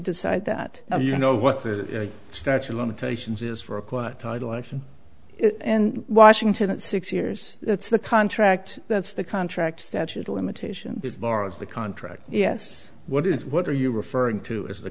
decide that you know what the statue of limitations is for a quiet title action in washington it's six years that's the contract that's the contract statute of limitations bar of the contract yes what is what are you referring to as the